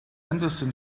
henderson